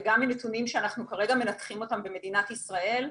וגם מנתונים שאנחנו כרגע מנתחים אותם במדינת ישראל: